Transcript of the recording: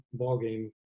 ballgame